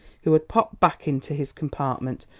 who had popped back into his compartment,